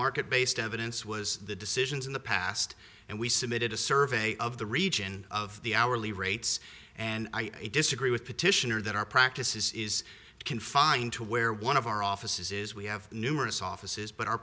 market based evidence was the decisions in the past and we submitted a survey of the region of the hourly rates and i disagree with petitioner that our practice is confined to where one of our offices is we have numerous offices but our